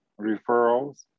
referrals